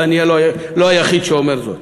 ואני לא היחיד שאומר זאת.